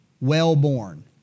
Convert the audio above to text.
well-born